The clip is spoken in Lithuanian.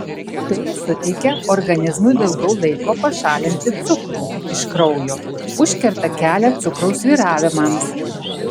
tai suteikia organizmui daugiau laiko pašalinti cukrų iš kraujo užkerta kelią cukraus svyravimams